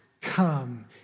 come